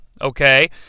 okay